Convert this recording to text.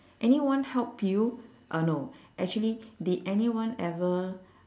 anyone help you uh no actually did anyone ever